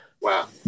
Wow